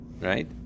right